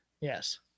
Yes